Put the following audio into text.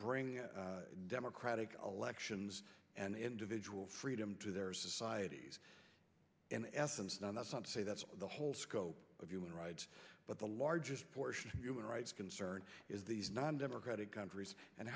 bring in democratic elections and individual freedom to their societies in essence not that some say that's the whole scope of human rights but the largest portion of human rights concern is these non democratic countries and